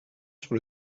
sur